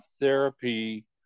therapy